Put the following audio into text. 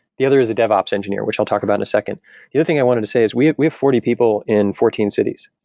the other is a dev ops engineer, which i'll talk about in a second. the other thing i wanted to say is we we have forty people in fourteen cities.